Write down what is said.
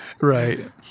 right